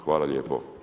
Hvala lijepo.